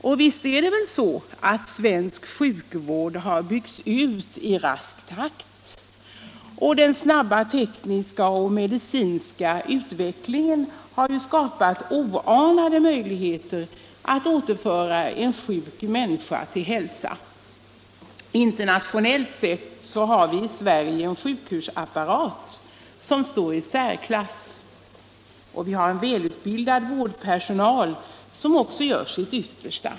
Och visst är det så att svensk sjukvård har byggts ut i rask takt. Den snabba tekniska och medicinska utvecklingen har ju skapat oanade möjligheter att återföra en sjuk människa till hälsa. Internationellt sett har vi i Sverige en sjukvårdsapparat som står i särklass, och vi har väl utbildad vårdpersonal, som också gör sitt yttersta.